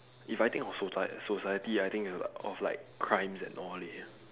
if I think of socie~ society I think is like of like crimes and all that ya